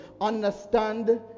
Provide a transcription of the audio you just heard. understand